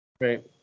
Right